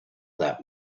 that